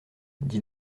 dit